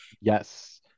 Yes